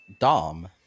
Dom